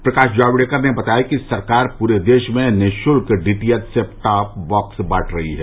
प्रकाश जावड़ेकर ने बताया कि सरकार पूरे देश में निशुत्क डीटीएच सेटटॉप बॉक्स बांट रही है